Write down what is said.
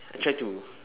I try to